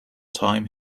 time